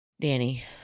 Danny